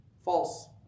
False